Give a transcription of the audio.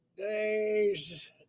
days